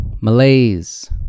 malaise